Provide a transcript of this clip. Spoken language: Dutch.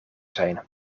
zijn